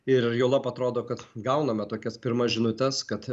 ir juolab atrodo kad gauname tokias pirmas žinutes kad